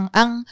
ang